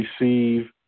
receive